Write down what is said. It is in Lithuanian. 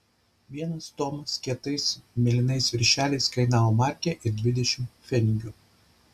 vienas tomas kietais mėlynais viršeliais kainavo markę ir dvidešimt pfenigų